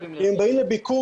אם הם באים לביקור,